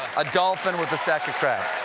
a dolphin with a sack of crap.